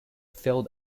failed